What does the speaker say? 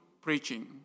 preaching